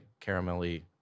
caramelly